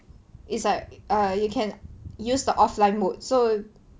it's like err you can use the offline mode so